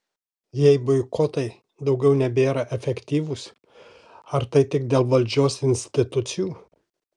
jei boikotai daugiau nebėra efektyvūs ar tai tik dėl valdžios institucijų